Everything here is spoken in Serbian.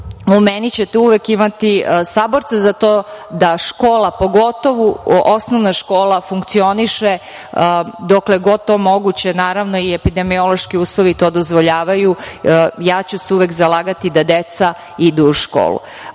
u meni ćete uvek imati saborca za to da škola, pogotovo, osnovna škola, funkcioniše dokle god je to moguće, naravno i epidemiološki uslovi to dozvoljavaju, uvek ću se zalagati da deca idu u školu.